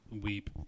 weep